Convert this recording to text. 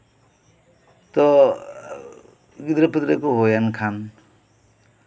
ᱛᱚ ᱜᱤᱫᱽᱨᱟᱹ ᱯᱤᱫᱽᱨᱟᱹ ᱠᱚ ᱦᱩᱭᱮᱱ ᱠᱷᱟᱱ